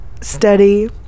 steady